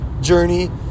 journey